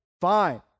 fine